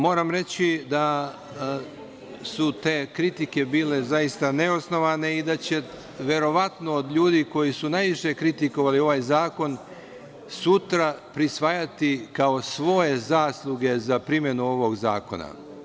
Moram reći da su te kritike bile zaista neosnovane i da će verovatno od ljudi koji su najviše kritikovali ovaj zakon, sutra prisvajati kao svoje zasluge za primenu ovog zakona.